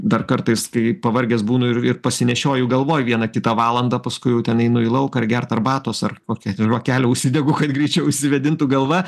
dar kartais kai pavargęs būnu ir ir pasinešioju galvoj vieną kitą valandą paskui jau ten einu į lauką ar gert arbatos ar kokią žvakelę užsidegu kad greičiau išsivėdintų galva